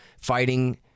fighting